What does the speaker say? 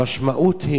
המשמעות,